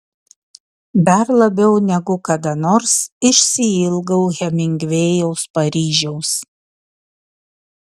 dar labiau negu kada nors išsiilgau hemingvėjaus paryžiaus